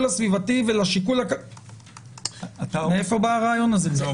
הסביבתי ולשיקול הכלכלי מאיפה בא הרעיון הזה?